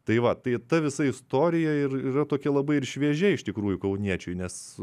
tai va tai ta visa istorija ir yra tokia labai ir šviežia iš tikrųjų kauniečiui nes